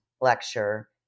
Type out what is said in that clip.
lecture